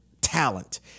talent